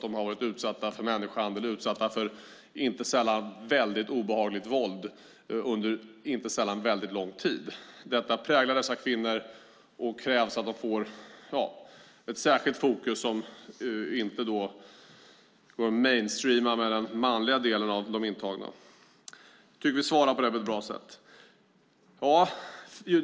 De har varit utsatta för människohandel och inte sällan väldigt obehagligt våld under lång tid. Detta präglar dessa kvinnor, och det krävs att de får ett särskilt fokus som inte går att "mainstreama" med den manliga delen av de intagna. Jag tycker att vi svarar på det på ett bra sätt.